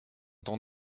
temps